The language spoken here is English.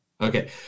Okay